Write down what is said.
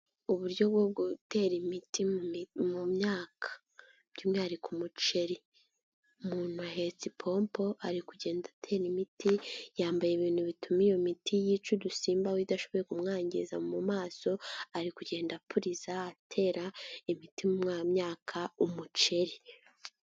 Uburyo bwo gutera imiti mu myaka by'umwihariko umuceri umuntu ahetse impompo ari kugenda atera imiti yambaye ibintu bituma iyo miti yica udusimba we idashoboye kumwangiza mu maso ari kugenda apuriza atera imiti mu myayaka umuceri.